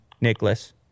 Nicholas